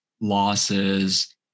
losses